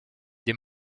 des